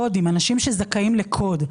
כי מדובר באנשים שזכאים לקוד.